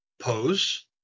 pose